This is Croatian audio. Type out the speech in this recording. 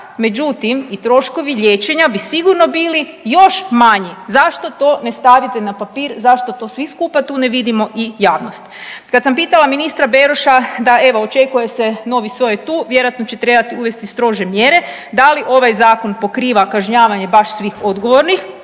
međutim i troškovi liječenja bi sigurno bili još manji. Zašto to ne stavite na papir, zašto to svi skupa tu ne vidimo i javnost? Kad sam pitala ministra Beroše da evo očekuje se novi soj je tu, vjerojatno će trebat uvesti strože mjere da li ovaj zakon pokriva kažnjavanje baš svih odgovornih